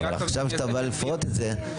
אבל עכשיו כשאתה בא לפרוט את זה.